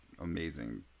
amazing